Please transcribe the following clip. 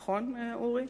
נכון, אורי?